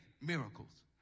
miracles